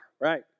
Right